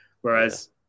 Whereas